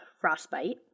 frostbite